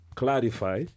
clarify